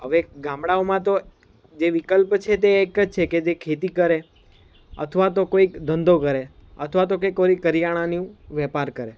હવે ગામડાઓમાં તો જે વિકલ્પ છે તે એક જ છે કે જે ખેતી કરે અથવા તો કોઈક ધંધો કરે અથવા તો કંઈક ઓલી કરિયાણાની વેપાર કરે